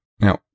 Now